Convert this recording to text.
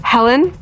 Helen